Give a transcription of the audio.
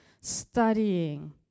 studying